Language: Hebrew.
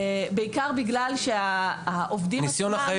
בעיקר בגלל שהעובדים עצמם --- ניסיון החיים